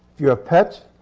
you have pets,